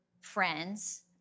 friends